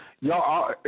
y'all